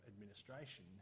administration